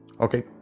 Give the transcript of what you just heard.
Okay